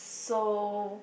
so